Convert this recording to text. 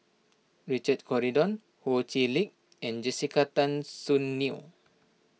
Richard Corridon Ho Chee Lick and Jessica Tan Soon Neo